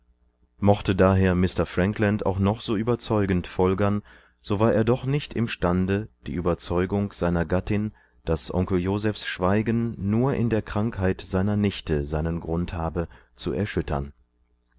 mochte daher mr frankland auch noch so überzeugend folgern so war er doch nicht im stande die überzeugung seiner gattin daß onkel josephs schweigen nur in der krankheit seiner nichteseinengrundhabe zuerschüttern